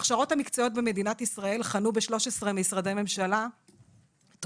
ההכשרות המקצועיות במדינת ישראל חנו ב-13 משרדי ממשלה טרום